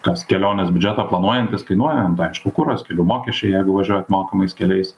kas kelionės biudžetą planuojantis kainuoja nu tai aišku kuras kelių mokesčiai jeigu važiuojat mokamais keliais